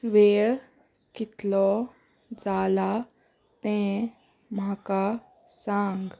वेळ कितलो जाला तें म्हाका सांग